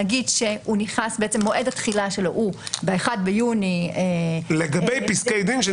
נגיד שמועד התחילה שלו הוא ב-1 ביוני --- לגבי פסקי דין שניתנו.